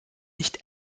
nicht